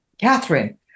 Catherine